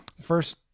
first